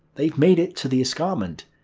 they've made it to the escarpment!